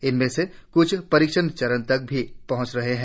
इनमें से कुछ परीक्षण चरण तक भी पहंच रहे हैं